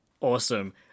Awesome